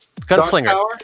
Gunslinger